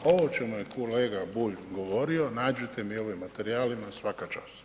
Ovo o čemu je kolega Bulj govorio, nađite mi u ovim materijalima, svaka čast.